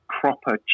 proper